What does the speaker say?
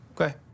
Okay